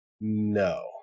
No